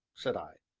said i.